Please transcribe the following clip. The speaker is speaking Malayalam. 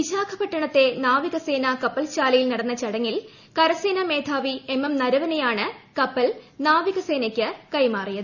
വിശാഖപട്ടണത്തെ നാവികസേന കപ്പൽശാലയിൽ നടന്ന ചടങ്ങളിൽ കരസേന മേധാവി മനോജ് മുകുന്ദ് നരവനെയാണ് കപ്പൽ നാവികസേനയ്ക്ക് കൈമാറിയത്